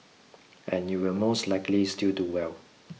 and you will most likely still do well